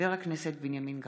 חבר הכנסת בנימין גנץ".